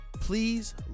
Please